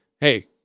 hey